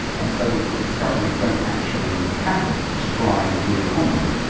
and so discoveries don't actually happen to drive the economy.